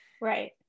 Right